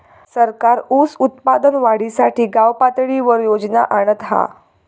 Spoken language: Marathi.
सरकार ऊस उत्पादन वाढीसाठी गावपातळीवर योजना आणता हा